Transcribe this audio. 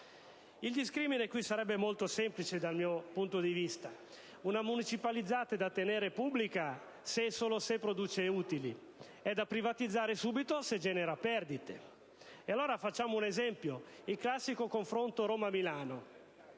Il discrimine qui sarebbe molto semplice dal mio punto di vista: una municipalizzata è da tenere pubblica solo se produce utili, ma è da privatizzare subito se genera perdite. E allora si potrebbe richiamare il classico confronto Roma-Milano.